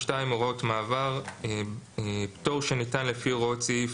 הוראות מעבר 22. פטור שניתן לפי הוראות סעיף